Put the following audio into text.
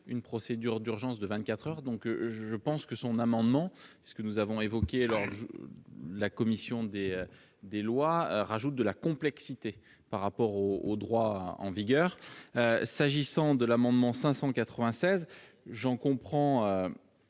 une procédure d'urgence de 24 heures donc je pense que son amendement ce que nous avons évoqués lors de la commission des des lois rajoute de la complexité par rapport au au droit en vigueur s'agissant de l'amendement 596 j'en comprends